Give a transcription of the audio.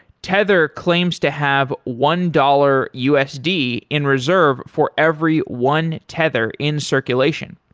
tether claims to have one dollar usd in reserve for every one tether in circulation.